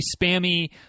spammy